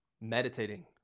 meditating